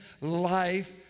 life